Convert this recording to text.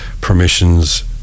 permissions